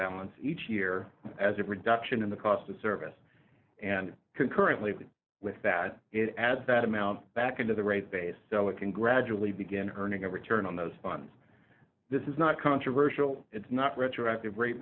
balance each year as a reduction in the cost of service and concurrently with that it adds that amount back into the rate base so it can gradually begin earning a return on those funds this is not controversial it's not retroactive rate